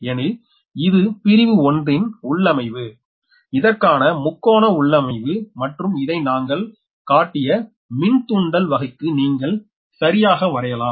எனில் இது பிரிவு 1 இன் உள்ளமைவு இதற்கான முக்கோண உள்ளமைவு மற்றும் இதை நாங்கள் காட்டிய மின்தூண்டல் வகைக்கு நீங்கள் சரியாக வரையலாம்